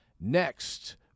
next